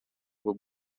bwo